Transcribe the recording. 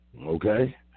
Okay